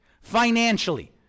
financially